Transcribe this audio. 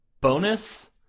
Bonus